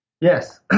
Yes